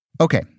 Okay